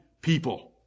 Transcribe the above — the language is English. people